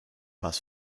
bass